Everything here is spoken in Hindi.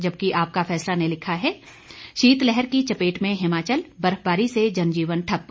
जबकि आपका फैसाल ने लिखा है शीत लहर की चपेट में हिमाचल बर्फबारी से जन जीवन ठप